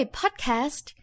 podcast